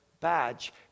badge